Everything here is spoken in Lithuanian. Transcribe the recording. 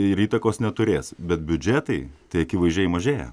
ir įtakos neturės bet biudžetai tai akivaizdžiai mažėja